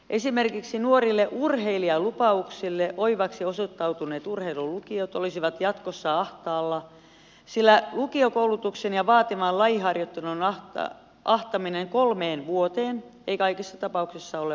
esimerkiksi nuorille urheilijalupauksille oivaksi osoittautuneet urheilulukiot olisivat jatkossa ahtaalla sillä lukiokoulutuksen ja vaativan lajiharjoittelun ahtaminen kolmeen vuoteen ei kaikissa tapauksissa ole mahdollista